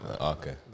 okay